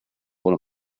one